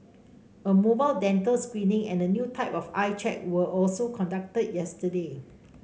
a mobile dental screening and a new type of eye check were also conducted yesterday